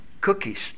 cookies